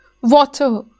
WATER